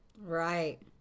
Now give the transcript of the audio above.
Right